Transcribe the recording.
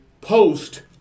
post